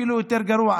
אפילו יותר גרוע.